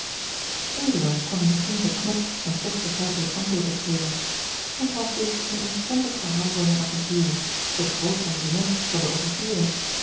kon hier geen beknopt en toch begrijpelijk antwoord op geven hij gaf dus een omstandig verhaal van zijne avonturen tot groot amusement van de officieren